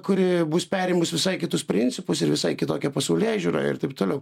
kuri bus perimus visai kitus principus ir visai kitokią pasaulėžiūrą ir taip toliau